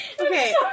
Okay